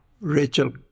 Rachel